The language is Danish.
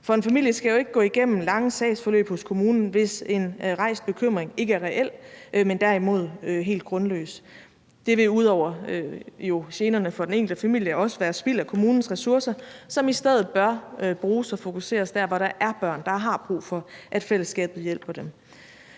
For en familie skal jo ikke gå igennem lange sagsforløb hos kommunen, hvis en rejst bekymring ikke er reel, men derimod helt grundløs. Det vil jo ud over generne for den enkelte familie også være spild af kommunens ressourcer, som i stedet bør bruges og fokuseres der, hvor der er børn, der har brug for, at fællesskabet hjælper dem.